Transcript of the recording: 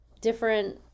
different